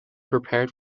prepared